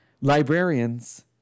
librarians